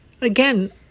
again